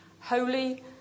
holy